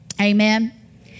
Amen